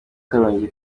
karongi